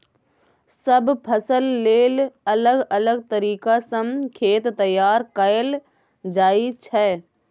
सब फसल लेल अलग अलग तरीका सँ खेत तैयार कएल जाइ छै